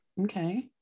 okay